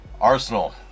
Arsenal